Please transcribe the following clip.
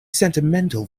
sentimental